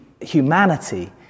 humanity